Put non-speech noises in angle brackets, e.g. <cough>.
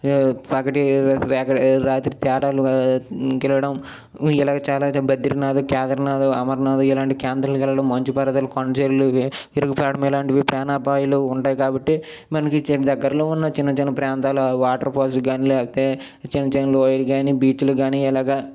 పగటి రాత్రి తేడాలు తెల్లడం ఇలాగ చాలానే ఉన్నాయి బద్రీనాథ్ కేదరీనాథ్ అమర్నాథ్ ఇలాంటి కేంద్రాలకు వెళ్ళడం మంచు పర్వతాలు కొండ చిలువలు <unintelligible> ఇలాంటివి ప్రాణాపాయాలు ఉంటాయి కాబట్టి మనకు చి దగ్గరలో ఉన్న చిన్న చిన్న ప్రాంతాలు వాటర్ ఫాల్స్ కాని లేకపోతే చిన్న చిన్న లోయలు గాని బీచులు కాని ఇలాగ